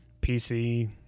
PC